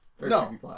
No